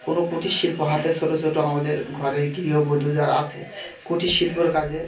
কোনো কুটির শিল্প হাতে ছোটো ছোটো আমাদের ঘরে গৃহবধূ যারা আছে কুটির শিল্পর কাজে